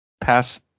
pass